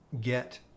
get